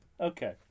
Okay